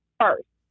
first